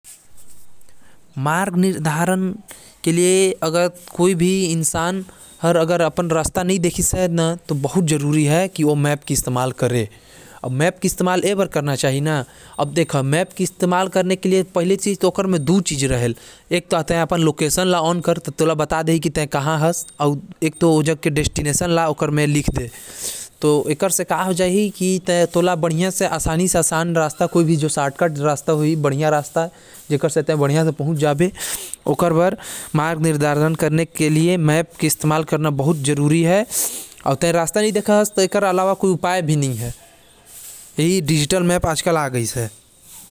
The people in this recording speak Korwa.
मार्ग निर्धारण के लिए मैप के इस्तेमाल बहुत जरूरी हवे। अब तो तै अपन फ़ोन म भी मैप देख सकत हस जेकर मदद से तोके रास्ता खोजे म आसानी होही।